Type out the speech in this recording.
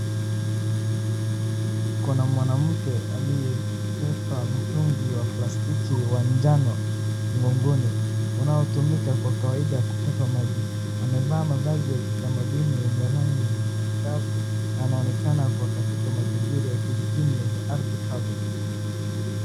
Kuna mwanamke aliyebeba mtungi wa plastiki wa njano mgongoni unaotumika kwa kawaida ya kubeba maji amevaa mavazi ya kitamaduni yenye rangi angavu. Anaonekana ako kafika mazingira ya kijijini yenye ardhi kavu.